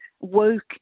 woke